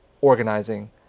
organizing